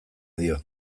dio